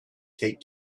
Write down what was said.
taped